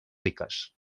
riques